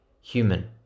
human